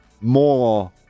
more